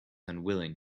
unwilling